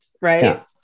Right